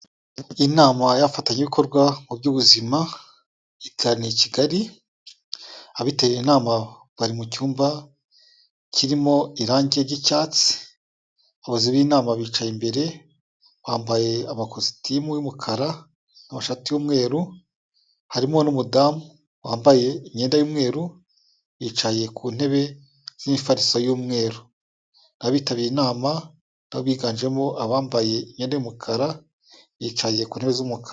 Inama y'abafatanyabikorwa mu by'ubuzima iteraniye i Kigali, abitabiriye inama bari mu cyumba kirimo irangi ry'icyatsi, abayobozi b'inama bicaye imbere, bambaye amakositimu y'umukara n'amashati y'umweru, harimo n'umudamu wambaye imyenda y'umweru yicaye ku ntebe z'imifariso y'umweru, abitabiriye inama na bo babiganjemo abambaye imyenda y'umukara, bicaye ku ntebe z'umukara.